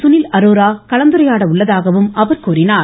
சுனில் அரோரா கலந்துரையாட உள்ளதாகவும் அவர் கூறினார்